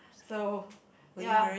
so ya